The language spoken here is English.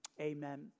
Amen